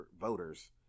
voters